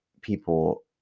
people